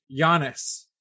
Giannis